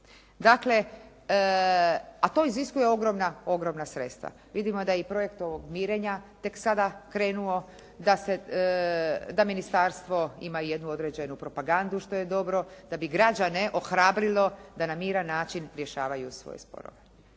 tijelima, a to iziskuje ogromna sredstva. Vidimo da je i projekt ovog mirenja tek sada krenuo, da ministarstvo ima jednu određenu propagandu što je dobro da bi građane ohrabrilo da na miran način rješavaju svoje sporove.